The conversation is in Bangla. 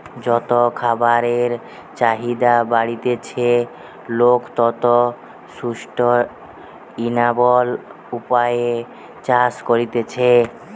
যত খাবারের চাহিদা বাড়তিছে, লোক তত সুস্টাইনাবল উপায়ে চাষ করতিছে